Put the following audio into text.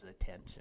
attention